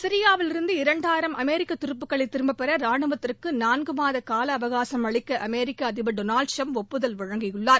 சிரியாவிலிருந்து இரண்டாயிரம் அமெரிக்க துருப்புகளை திரும்பப்பெற ராணுவத்திற்கு நான்கு மாத அவகாசம் அளிக்க அமெரிக்க அதிபர் திரு டொனால்டு ட்டிரம்ப் ஒப்புதல் வழங்கியுள்ளார்